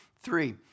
Three